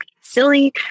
silly